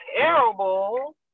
terrible